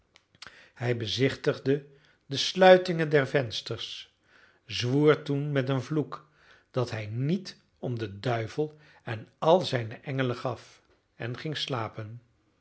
hij bezichtigde de sluitingen der vensters zwoer toen met een vloek dat hij niet om den duivel en al zijne engelen gaf en ging slapen